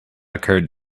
occurred